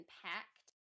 packed